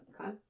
okay